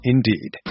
Indeed